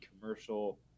commercial